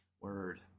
Word